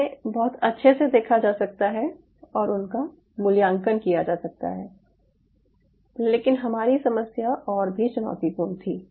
इन्हें बहुत अच्छे से देखा जा सकता है और उनका मूल्यांकन किया जा सकता है लेकिन हमारी समस्या और भी चुनौतीपूर्ण थी